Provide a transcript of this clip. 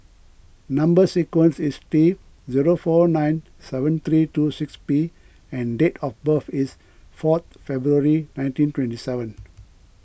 Number Sequence is T zero four nine seven three two six P and date of birth is fourth February nineteen twenty seven